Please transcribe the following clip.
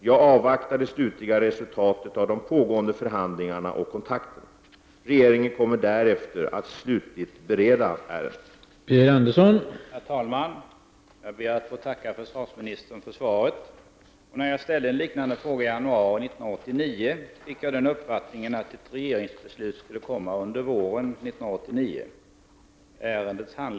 Jag avvaktar det slutliga resultatet av de pågående förhandlingarna och kontakterna. Regeringen kommer därefter att slutligt bereda ärendet.